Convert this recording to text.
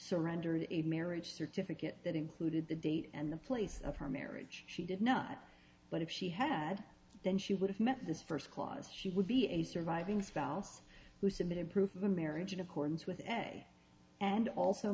surrendered a marriage certificate that included the date and the place of her marriage she did not but if she had then she would have met this first clause she would be a surviving spouse who submitted proof marriage in accordance with ebay and also